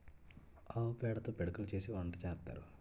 ఆవు పేడతో పిడకలు చేసి వంట సేత్తారు